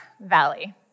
valley